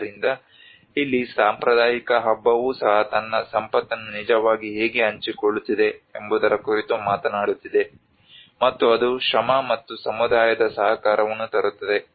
ಆದ್ದರಿಂದ ಇಲ್ಲಿ ಸಾಂಪ್ರದಾಯಿಕ ಹಬ್ಬವು ಸಹ ತನ್ನ ಸಂಪತ್ತನ್ನು ನಿಜವಾಗಿ ಹೇಗೆ ಹಂಚಿಕೊಳ್ಳುತ್ತಿದೆ ಎಂಬುದರ ಕುರಿತು ಮಾತನಾಡುತ್ತಿದೆ ಮತ್ತು ಅದು ಶ್ರಮ ಮತ್ತು ಸಮುದಾಯದ ಸಹಕಾರವನ್ನು ತರುತ್ತದೆ